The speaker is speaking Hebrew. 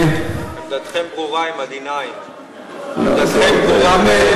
עמדתכם ברורה, עם D-9. לא, זה לא.